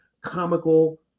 comical